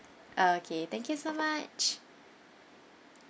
okay thank you so much